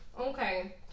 okay